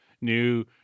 new